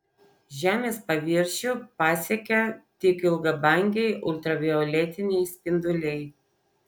žemės paviršių pasiekia tik ilgabangiai ultravioletiniai spinduliai